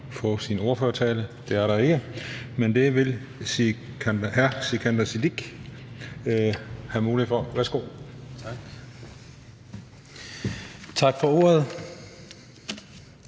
få sin ordførertale. Det er der ikke. Men det vil hr. Sikandar Siddique have mulighed for. Værsgo. Kl. 21:00